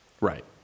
Right